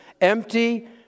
empty